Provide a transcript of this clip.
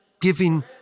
giving